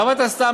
למה אתה סתם,